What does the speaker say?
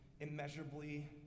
immeasurably